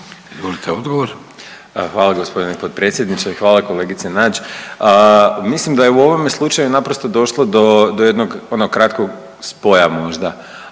Hvala gospodine potpredsjedniče. I hvala kolegice Nađ, mislim da je u ovom slučaju naprosto došlo do jednog ono kratkog spoja možda